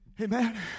Amen